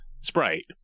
Sprite